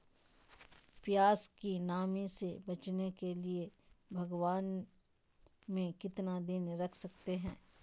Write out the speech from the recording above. प्यास की नामी से बचने के लिए भगवान में कितना दिन रख सकते हैं?